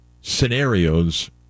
scenarios